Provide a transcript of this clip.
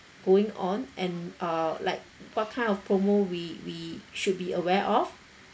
going on and uh like what kind of promo we we should be aware of